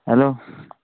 hello